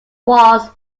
walls